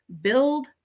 build